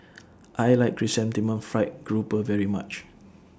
I like Chrysanthemum Fried Garoupa very much